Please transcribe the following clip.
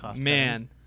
man